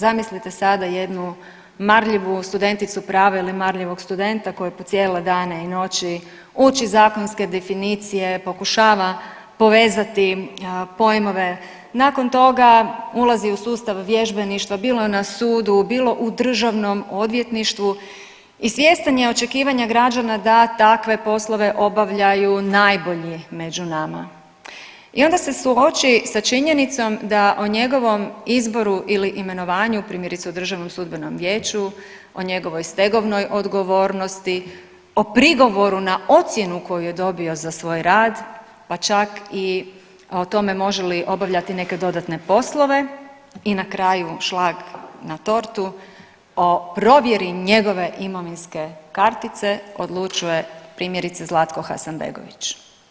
Zamislite sada jednu marljivu studenticu prava ili marljivog studenta koji po cijele dane i noći uči zakonske definicije, pokušava povezati pojmove, nakon toga ulazi u sustav vježbeništva bilo na sudu, bilo u državnom odvjetništvu i svjestan je očekivanja građana da takve poslove obavljaju najbolji među nama i onda se suoči sa činjenicom da o njegovom izboru ili imenovanju, primjerice u DSV-u, o njegovoj stegovnoj odgovornosti, o prigovoru na ocjenu koju je dobio za svoj rad, pa čak i o tome može li obavljati neke dodatne poslove i na kraju šlag na tortu o provjeri njegove imovinske kartice odlučuje primjerice Zlatko Hasanbegović.